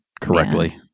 correctly